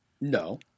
No